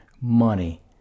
money